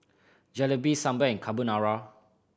Jalebi Sambar and Carbonara